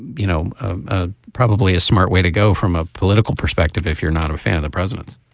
you know ah probably a smart way to go from a political perspective if you're not a fan of the president